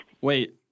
Wait